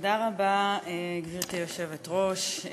גברתי היושבת-ראש,